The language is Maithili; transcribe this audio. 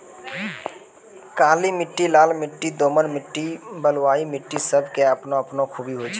काली मिट्टी, लाल मिट्टी, दोमट मिट्टी, बलुआही मिट्टी सब के आपनो आपनो खूबी होय छै